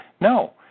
no